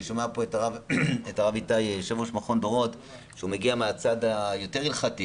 אני שומע פה את הרב איתי יו"ר מכון דורות שמגיע מהצד היותר הלכתי